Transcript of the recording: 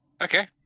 Okay